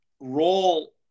role